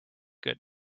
good